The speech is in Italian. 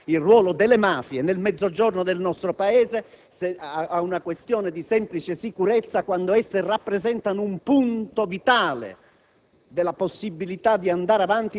se ne intende. Non si può relegare il ruolo delle mafie nel Mezzogiorno del nostro Paese a una questione di mera sicurezza quando esse rappresentano un punto vitale